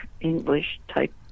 English-type